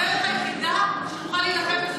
זאת הדרך היחידה שנוכל להילחם בזה.